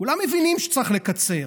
כולם מבינים שצריך לקצר.